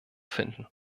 finden